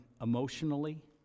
emotionally